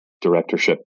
directorship